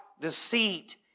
deceit